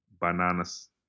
bananas